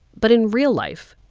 but in real life,